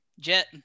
Jet